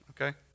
okay